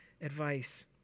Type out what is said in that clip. advice